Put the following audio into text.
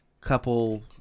couple